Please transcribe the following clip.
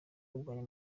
kurwanya